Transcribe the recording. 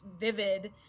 vivid